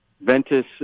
Ventus